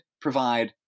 provide